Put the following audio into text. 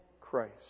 Christ